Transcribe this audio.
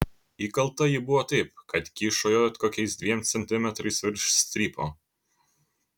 įkalta ji buvo taip kad kyšojo kokiais dviem centimetrais virš strypo